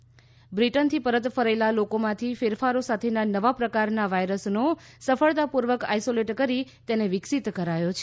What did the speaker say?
એ જણાવ્યું કે બ્રિટનથી પરત ફરેલા લોકોમાંથી ફેરફારો સાથેના નવા પ્રકારના વાયરસનો સફળતાપૂર્વક આઇસોલેટ કરી તેને વિકસીત કરાયો છે